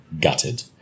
gutted